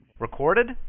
Recorded